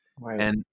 Right